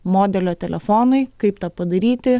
modelio telefonui kaip tą padaryti